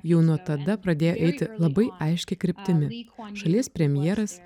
jau nuo tada pradėjo eiti labai aiškia kryptimi šalies premjeras